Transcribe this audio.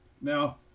Now